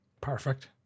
Perfect